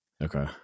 Okay